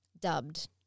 dubbed